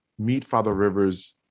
meetfatherrivers